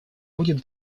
будет